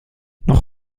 noch